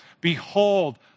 Behold